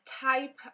type